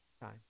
time